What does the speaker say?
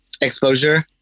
exposure